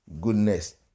goodness